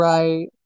Right